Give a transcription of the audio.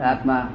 Atma